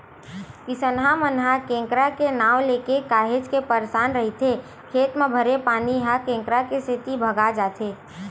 किसनहा मन ह केंकरा के नांव लेके काहेच के परसान रहिथे खेत म भरे पानी ह केंकरा के सेती भगा जाथे